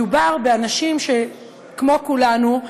מדובר באנשים שכמו כולנו,